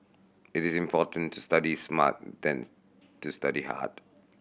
it is important to study smart than to study hard